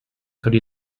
could